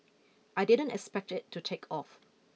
I didn't expect it to take off